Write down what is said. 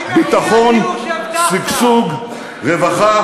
ביטחון, שגשוג, רווחה